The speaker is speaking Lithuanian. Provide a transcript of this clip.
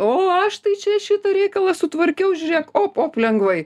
o aš tai čia šitą reikalą sutvarkiau žiūrėk op op lengvai